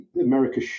America